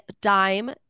dime